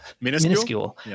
Minuscule